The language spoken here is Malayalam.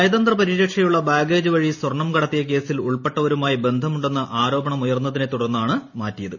നയതന്ത്ര പരിരക്ഷയുള്ള ബാഗേജ് വഴി സ്വർണ്ണം കടത്തിയ കേസിൽ ഉൾപ്പെട്ടവരുമായി ബന്ധമുണ്ടെന്ന് ആരോപണമുയർന്നതിനെ തുടർന്നാണ് മാറ്റിയത്